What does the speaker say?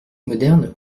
modernes